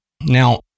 now